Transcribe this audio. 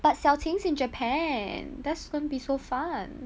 but xiao ting's in japan that's going to be so fun